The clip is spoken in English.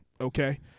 Okay